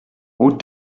route